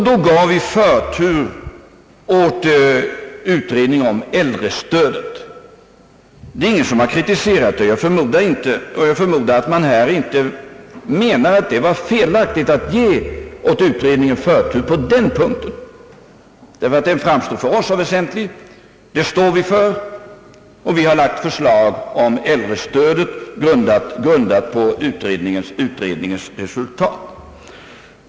Då gav vi förtur åt utredningen om äldrestödet. Ingen har kritiserat detta, och jag förmodar att man här inte menar att det var felaktigt att ge utredningen förtur på den punkten. Den framstår för oss som väsentlig. Det står vi för, och vi har lagt fram förslag om äldrestöd, grundat på utredningens resultat.